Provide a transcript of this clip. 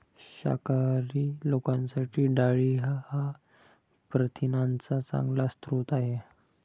शाकाहारी लोकांसाठी डाळी हा प्रथिनांचा चांगला स्रोत आहे